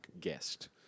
guest